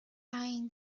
eyeing